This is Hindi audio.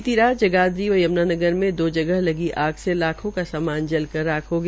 बीती रात जगधरी व यम्नानगर में दो जगह आग से लाख का सामान जल कर राख हो गया